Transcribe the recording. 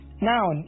Now